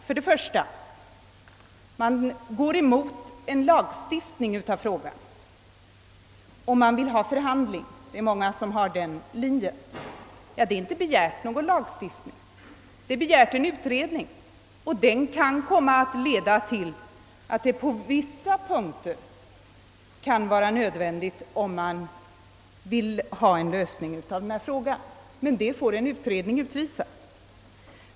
För det första går man emot en lagstiftning av frågan och man vill i stället ha förhandlingar; många håller på den linjen. Men någon lagstiftning har inte begärts i motionen, utan bara en utredning. Denna kan komma att leda till att det på vissa punkter blir nödvändigt med en lagstiftning, om man vill få till stånd en lösning av frågan. Men detta får då utredningen visa.